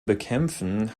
bekämpfen